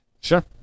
Sure